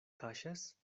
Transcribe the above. kaŝas